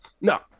No